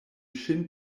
ŝin